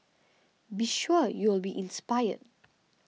be sure you'll be inspired